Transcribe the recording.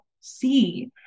see